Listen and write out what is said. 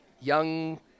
young